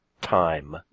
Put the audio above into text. time